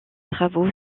travaux